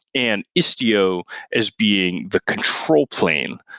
and istio as being the control plane,